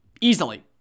easily